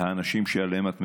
האנשים שעליהם את מדברת,